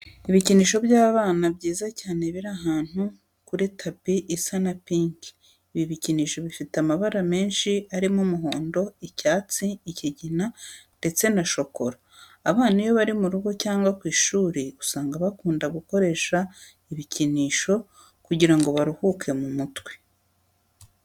Ibikinisho by'abana byiza cyane biri ahantu kuri tapi isa na pinki. Ibi bikinisho bifite amabara menshi arimo umuhondo, icyatsi, ikigina ndetse na shokora. Abana iyo bari mu rugo cyangwa ku ishuri usanga bakunda gukoresha ibikinisho kugira ngo baruhuke mu mutwe.